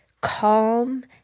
calm